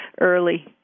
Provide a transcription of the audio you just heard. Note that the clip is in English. early